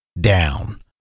down